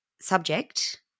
Subject